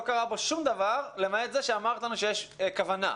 קרה בו שום דבר למעט זה שאמרת לנו שיש כוונה.